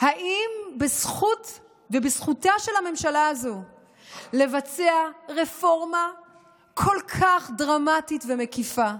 האם זו זכותה של הממשלה הזו לבצע רפורמה כל כך דרמטית ומקיפה,